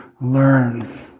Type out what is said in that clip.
learn